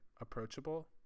approachable